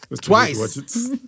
Twice